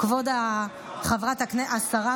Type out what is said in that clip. כבוד השרה,